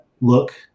look